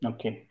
Okay